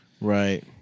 Right